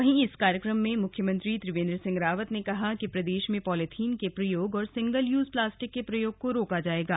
वहीं इस कार्यक्रम में मुख्यमंत्री त्रिवेंद्र सिंह रावत ने कहा कि प्रदेश में पॉलिथीन के प्रयोग और सिंगल यूज प्लास्टिक के प्रयोग को रोका जाएगा